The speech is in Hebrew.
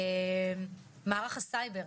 מערך הסייבר,